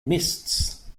mists